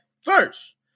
first